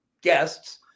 guests